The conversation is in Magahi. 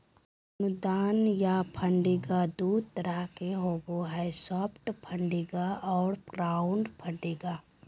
अनुदान या फंडिंग दू तरह के होबो हय सॉफ्ट फंडिंग आर क्राउड फंडिंग